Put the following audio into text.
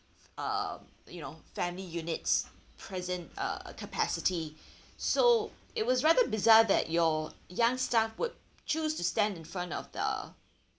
uh you know family units present uh capacity so it was rather bizarre that your young staff would choose to stand in front of the